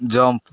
jump